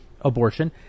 abortion